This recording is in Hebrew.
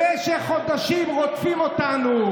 במשך חודשים רודפים אותנו,